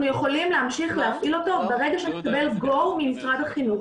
אנחנו יכולים להמשיך להפעיל אותו ברגע שהוא יקבל Go ממשרד החינוך.